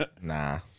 Nah